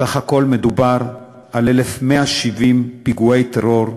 סך הכול מדובר על 1,170 פיגועי טרור.